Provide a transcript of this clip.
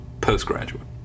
postgraduate